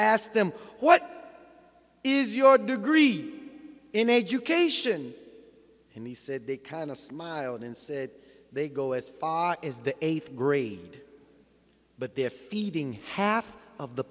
asked them what is your degree in education and he said the kind of smiled and said they go as far as the eighth grade but they are feeding half of the